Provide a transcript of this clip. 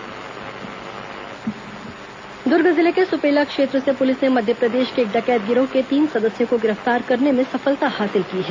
द्र्ग डकैती गिरफ्तार द्र्ग जिले के सुपेला क्षेत्र से पुलिस ने मध्यप्रदेश के एक डकैत गिरोह के तीन सदस्यों को गिरफ्तार करने में सफलता हासिल की है